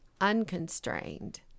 unconstrained